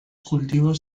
cultivos